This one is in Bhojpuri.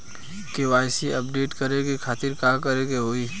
के.वाइ.सी अपडेट करे के खातिर का करे के होई?